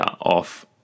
off